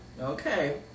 Okay